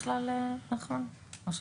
כן.